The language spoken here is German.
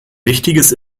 wichtiges